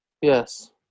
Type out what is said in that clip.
Yes